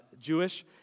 Jewish